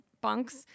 bunks